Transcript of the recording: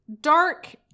Dark